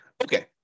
Okay